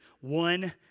one